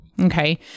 Okay